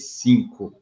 cinco